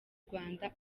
rwanda